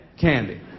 candy